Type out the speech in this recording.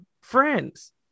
friends